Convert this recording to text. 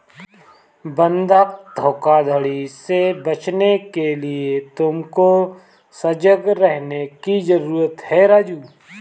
बंधक धोखाधड़ी से बचने के लिए तुमको सजग रहने की जरूरत है राजु